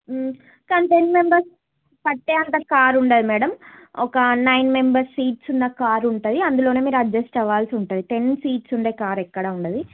కానీ ten members పట్టేంత car ఉండదు మేడమ్ ఒక నైన్ మెంబెర్స్ సీట్స్ ఉన్న కార్ ఉంటుంది అందులోనే మీరు అడ్జస్ట్ అవ్వాల్సి ఉంటుంది టెన్ సీట్స్ ఉండే కార్ ఎక్కడా ఉండదు